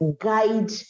guide